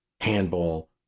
handball